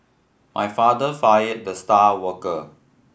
my father fired the star worker